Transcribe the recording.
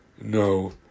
No